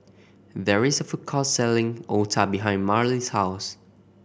there is a food court selling otah behind Marley's house